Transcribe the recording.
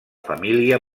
família